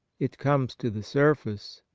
it comes to the surface,